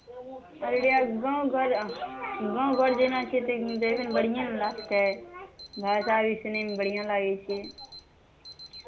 अररिया गाँव घर गाँव घर जेना छै तऽ देबे ने बढ़िआँ ने लागतै भाषा भी सुनयमे बढ़िआँ लागै छै